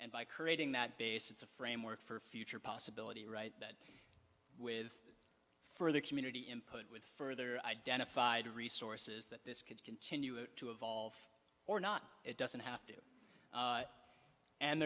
and by creating that base it's a framework for future possibility right that with further community input with further identified resources that this could continue to evolve or not it doesn't have to